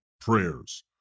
prayers